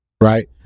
right